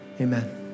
Amen